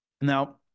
Now